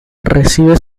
recibe